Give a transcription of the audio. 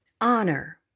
Honor